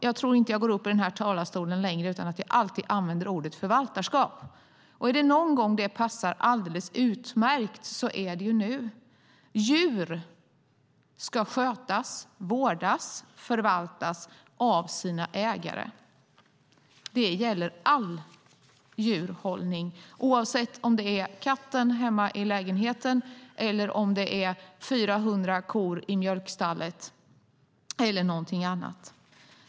Jag går nästan aldrig upp i denna talarstol utan att använda ordet förvaltarskap, och är det någon gång det passar alldeles utmärkt är det nu. Djur ska skötas, vårdas och förvaltas av sina ägare. Det gäller all djurhållning, oavsett om det är katten hemma i lägenheten, 400 kor i mjölkstallet eller någonting annat.